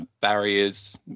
barriers